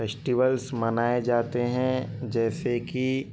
festivals منائے جاتے ہیں جیسے کہ